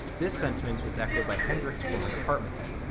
this sentiment is echoed by hendrik's former department head,